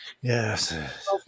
Yes